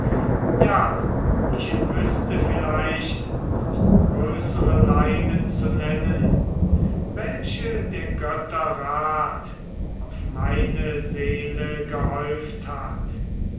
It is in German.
ja ich wüßte vielleicht noch größere leiden zu nennen welche der götter rat auf meine seele gehäuft hat